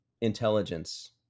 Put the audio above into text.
intelligence